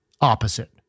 Opposite